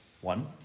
One